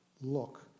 Look